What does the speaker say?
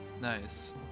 nice